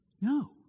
No